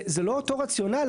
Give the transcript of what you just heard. זה לא אותו רציונל.